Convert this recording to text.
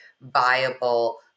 viable